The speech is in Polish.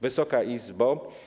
Wysoka Izbo!